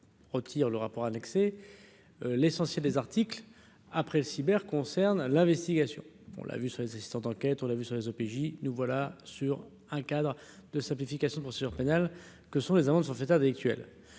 retire le rapport annexé l'essentiel des articles après cyber concerne l'investigation, on l'a vu sur d'enquête, on l'a vu sur les OPJ, nous voilà sur un cadre de simplification pénale que sont les amendes forfaitaires délictuelles,